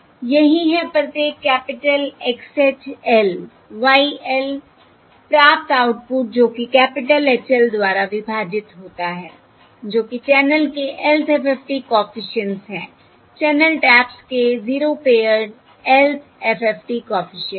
यही है प्रत्येक capital X hat l Y l प्राप्त आउटपुट जो कि कैपिटल H l द्वारा विभाजित होता है जो कि चैनल के lth FFT कॉफिशिएंट्स है चैनल टैप्स के 0th paired lth FFT coefficients है